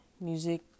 Music